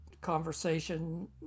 conversation